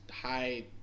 high